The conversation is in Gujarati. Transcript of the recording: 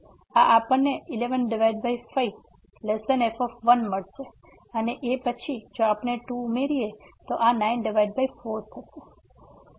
તો આ આપણને 11 5 f મળશે અને પછી જો આપણે 2 ઉમેરીએ તો આ 94 થશે